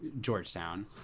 georgetown